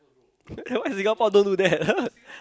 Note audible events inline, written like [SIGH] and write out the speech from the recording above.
then why Singapore don't do that [LAUGHS]